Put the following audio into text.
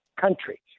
country